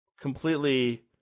completely